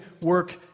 work